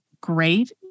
great